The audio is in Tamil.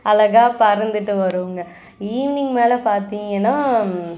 அழகா பறந்துகிட்டு வருங்க ஈவினிங் மேலே பார்த்தீங்கன்னா